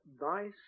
thy